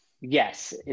yes